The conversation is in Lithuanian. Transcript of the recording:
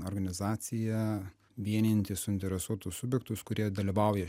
organizacija vienijanti suinteresuotus subjektus kurie dalyvauja